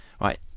right